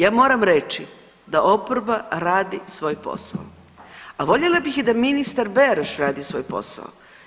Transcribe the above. Ja moram reći da oporba radi svoj posao, a voljela bih i da ministar Beroš radi svoj posao.